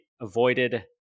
avoided